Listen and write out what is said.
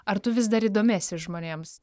ar tu vis dar įdomi esi žmonėms